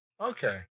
Okay